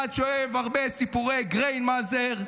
אחד שאוהב הרבה סיפורי גרנמייזר,